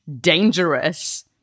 dangerous